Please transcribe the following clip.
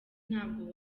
ntabwo